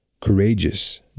courageous